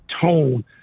tone